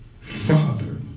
Father